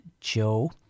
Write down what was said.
Joe